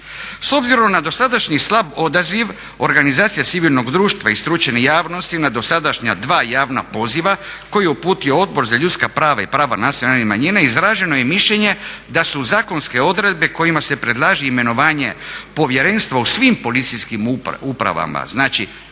S obzirom na dosadašnji slab odaziv organizacija civilnog društva i stručne javnosti na dosadašnja dva javna poziva koji je uputio Odbor za ljudska prava i prava nacionalnih manjina izraženo je mišljenje da su u zakonske odredbe kojima se predlaže imenovanje povjerenstva u svim policijskim upravama, znači